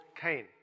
Cain